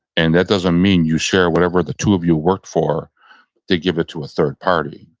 and that doesn't mean you share whatever the two of you worked for to give it to a third party.